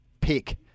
pick